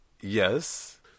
Yes